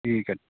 ᱴᱷᱤᱠ ᱜᱮᱭᱟ